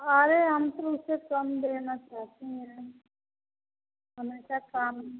अरे हम तो उससे कम देना चाहते हैं हमेशा काम